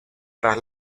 tras